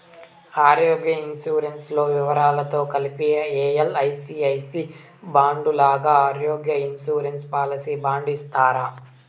ఆరోగ్య ఇన్సూరెన్సు లో వివరాలతో కలిపి ఎల్.ఐ.సి ఐ సి బాండు లాగా ఆరోగ్య ఇన్సూరెన్సు పాలసీ బాండు ఇస్తారా?